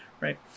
right